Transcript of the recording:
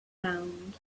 sound